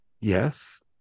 Yes